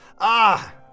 Ah